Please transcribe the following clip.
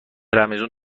رمضون